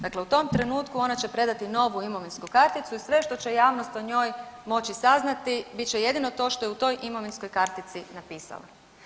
Dakle u tom trenutku ona će predati novu imovinsku karticu i sve što će javnost o njom moći saznati, bit će jedino to što je u toj imovinskoj kartici napisala.